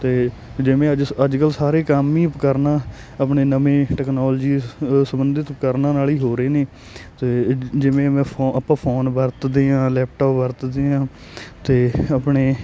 ਅਤੇ ਜਿਵੇਂ ਅੱਜ ਅੱਜ ਕੱਲ੍ਹ ਸਾਰੇ ਕੰਮ ਹੀ ਉਪਕਰਨਾਂ ਆਪਣੇ ਨਵੇਂ ਟੈਕਨੋਲਜੀ ਸੰਬੰਧਿਤ ਉਪਕਰਨਾਂ ਨਾਲ ਹੀ ਹੋ ਰਹੇ ਨੇ ਅਤੇ ਜਿਵੇਂ ਮੈਂ ਫੋਨ ਆਪਾਂ ਫੋਨ ਵਰਤਦੇ ਹਾਂ ਲੈਪਟੋਪ ਵਰਤਦੇ ਹਾਂ ਅਤੇ ਆਪਣੇ